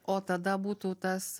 o tada būtų tas